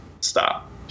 stop